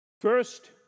First